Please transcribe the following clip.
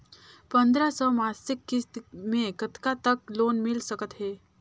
पंद्रह सौ मासिक किस्त मे कतका तक लोन मिल सकत हे?